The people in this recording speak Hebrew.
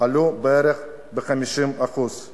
עלו בערך ב-50%;